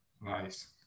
Nice